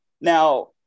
now